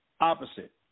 Opposite